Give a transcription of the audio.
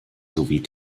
sowie